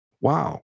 wow